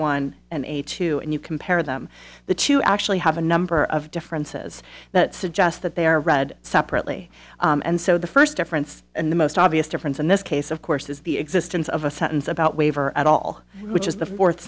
one and a two and you compare them the two actually have a number of differences that suggest that they are read separately and so the first difference and the most obvious difference in this case of course is the existence of a sentence about waiver at all which is the fourth